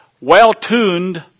well-tuned